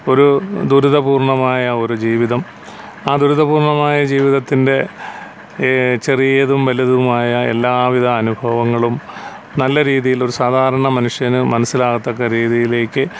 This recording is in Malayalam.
ഒരു ദുരിത പൂർണമായ ഒരു ജീവിതം ആ ദുരിത പൂർണമായ ജീവിതത്തിൻ്റെ ചെറിയതും വലിയതുമായ എല്ലാവിധ അനുഭവങ്ങളും നല്ല രീതിയിൽ ഒരു സാധാരണ മനുഷ്യന് മനസ്സിലാകത്തക്ക രീതിയിലേക്ക്